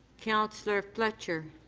councillor fletcher.